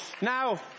Now